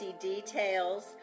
details